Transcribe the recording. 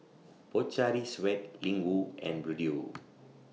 Pocari Sweat Ling Wu and Bluedio